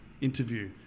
interview